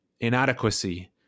inadequacy